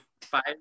five